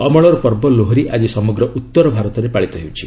ଅମଳର ପର୍ବ ଲୋହରୀ ଆଜି ସମଗ୍ର ଉତ୍ତର ଭାରତରେ ପାଳିତ ହେଉଛି